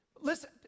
Listen